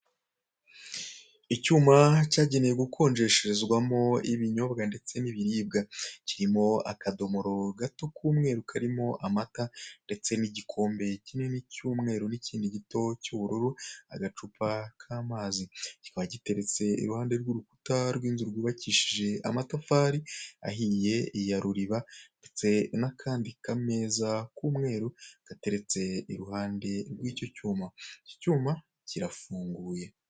Icyuma cyagenewe gukonjesherezwamo ibinyobwa ndetse n'ibiribwa, kirimo akadomoro gato k'umweru karimo amata ndetse n'igikombe kinini cy'umweru n'ikindi gito cy'ubururu, agacupa k'amazi, kiba giteretse iruhande rw'urukuta rw'inzu rwubakishije amatafari ahiye ya ruriba ndetse n'akandi kameza k'umweru gateretse iruhande rw'icyo cyuma, iki cyuma kirafunguye.